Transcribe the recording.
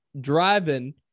driving